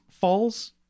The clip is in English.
falls